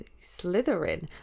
Slytherin